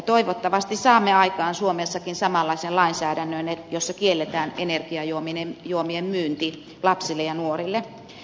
toivottavasti saamme aikaan suomessakin samanlaisen lainsäädännön jossa kielletään energiajuomien myynti lapsille ja nuorille